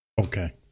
Okay